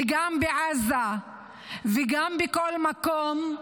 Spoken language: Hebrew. גם בעזה וגם בכל מקום,